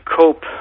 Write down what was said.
cope